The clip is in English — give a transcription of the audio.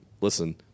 listen